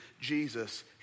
Jesus